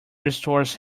restores